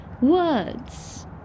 words